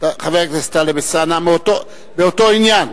חבר הכנסת טלב אלסאנע, באותו עניין.